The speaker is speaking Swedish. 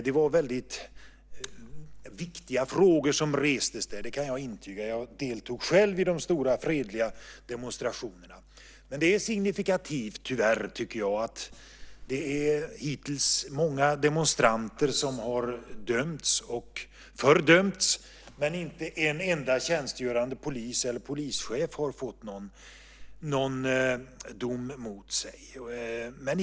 Det var väldigt viktiga frågor som restes där. Det kan jag intyga. Jag deltog själv i de stora fredliga demonstrationerna. Det är tyvärr signifikativt att många demonstranter hittills har dömts och fördömts, men inte en enda tjänstgörande polis eller polischef har fått någon dom mot sig.